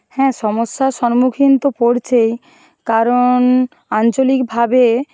হ্যাঁ সমস্যার সম্মুখীন তো পড়ছেই কারণ আঞ্চলিকভাবে